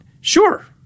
sure